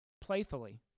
Playfully